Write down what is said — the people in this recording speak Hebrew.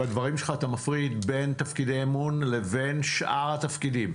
בדברים שלך אתה מפריד בין תפקידי אמון לבין שאר התפקידים?